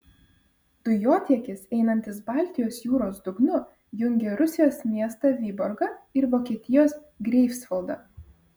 dujotiekis einantis baltijos jūros dugnu jungia rusijos miestą vyborgą ir vokietijos greifsvaldą